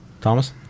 Thomas